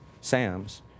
Sams